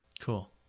Cool